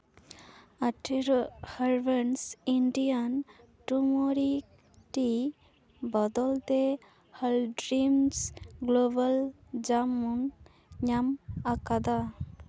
ᱟᱴᱷᱮᱨᱳ ᱦᱟᱨᱵᱮᱱᱥ Indian turmeric tea ᱵᱚᱫᱚᱞ ᱛᱮ ᱦᱟᱞᱰᱨᱤᱢᱥ ᱜᱞᱳᱵᱟᱞ ᱡᱟᱢᱚᱱ ᱧᱟᱢ ᱟᱠᱟᱫᱟ